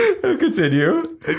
Continue